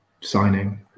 signing